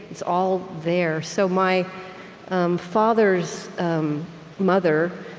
it's all there so my um father's mother,